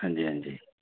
हां जी हां जी